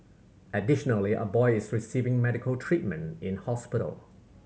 additionally a boy is receiving medical treatment in hospital